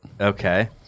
Okay